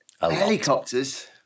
Helicopters